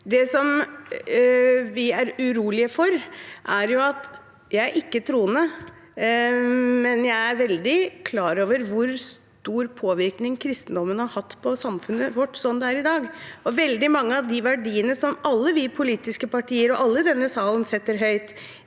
av tros- og livssyn. Jeg er ikke troende, men jeg er veldig klar over hvor stor påvirkning kristendommen har hatt på samfunnet vårt slik det er i dag. Veldig mange av de verdiene som alle politiske partier og alle i denne salen setter høyt,